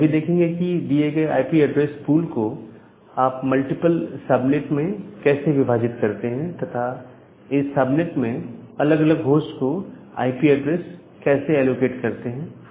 हम यह भी देखेंगे कि दिए गए आईपी एड्रेस पूल को आप मल्टीपल सब नेट में कैसे विभाजित करते हैं तथा इस सब नेट में अलग अलग होस्ट को आईपी ऐड्रेस कैसे एलोकेट करते हैं